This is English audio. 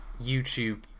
YouTube